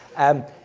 and